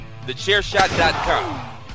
TheChairShot.com